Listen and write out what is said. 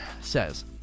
says